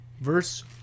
Verse